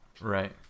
right